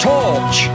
Torch